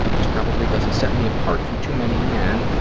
this probably doesn't set me apart from too many men.